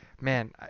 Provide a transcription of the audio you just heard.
man